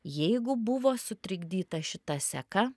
jeigu buvo sutrikdyta šita seka